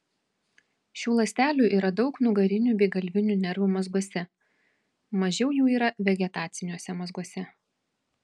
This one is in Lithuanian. šių ląstelių yra daug nugarinių bei galvinių nervų mazguose mažiau jų yra vegetaciniuose mazguose